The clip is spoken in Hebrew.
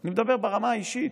ואני מדבר ברמה האישית,